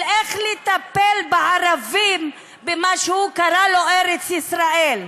של, איך לטפל בערבים במה שהוא קרא לו "ארץ ישראל"